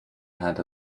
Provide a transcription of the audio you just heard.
had